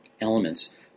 elements